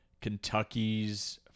Kentucky's